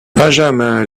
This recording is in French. benjamin